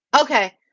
Okay